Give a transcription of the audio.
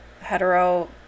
hetero